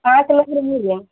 पाँच लोग रहेंगे हम